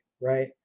right